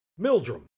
Mildrum